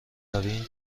برویم